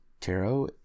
Tarot